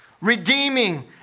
redeeming